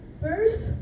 First